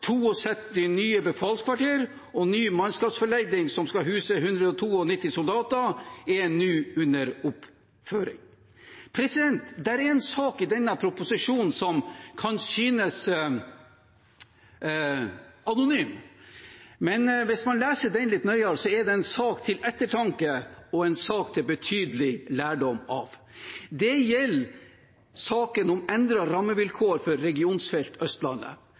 nye befalskvarter og ny mannskapsforlegning som skal huse 192 soldater, er nå under oppføring. Det er en sak i denne proposisjonen som kan synes anonym, men hvis man leser litt nøyere, er det en sak til ettertanke og en sak til å ta betydelig lærdom av. Det gjelder saken om endrede rammevilkår for Regionfelt Østlandet.